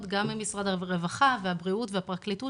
גם ממשרד הרווחה והבריאות והפרקליטות,